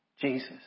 Jesus